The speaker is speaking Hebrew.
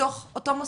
בתוך אותו מוסד?